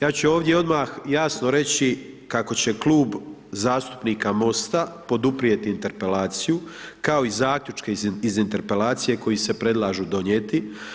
Ja ću ovdje odmah jasno reći kako će Klub zastupnika MOST-a poduprijet interpelaciju, kao i zaključke iz interpelacije koji se predlažu donijeti.